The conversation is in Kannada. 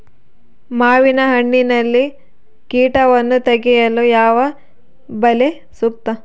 ಮಾವಿನಹಣ್ಣಿನಲ್ಲಿ ಕೇಟವನ್ನು ತಡೆಗಟ್ಟಲು ಯಾವ ಬಲೆ ಸೂಕ್ತ?